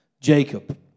Jacob